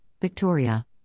Victoria